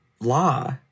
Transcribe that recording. law